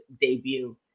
debut